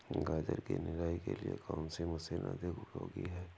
गाजर की निराई के लिए कौन सी मशीन अधिक उपयोगी है?